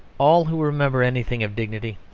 all who remember anything of dignity,